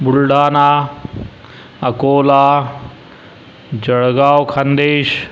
Buldhana Akola Jalgaon Khandesh